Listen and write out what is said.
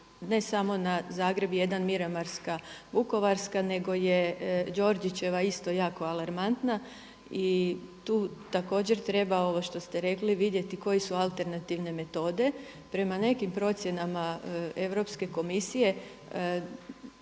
ne samo na Zagreb jedan Miramarska Vukovarska, nego je Đorđičeva isto jako alarmantna. I tu također treba ovo što ste rekli vidjeti koje su alternativne metode. Prema nekim procjenama Europske komisije